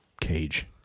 cage